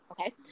Okay